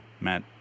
Matt